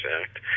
Act